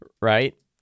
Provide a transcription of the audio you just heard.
right